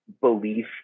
belief